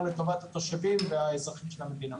יותר לטובת התושבים והאזרחים של המדינה.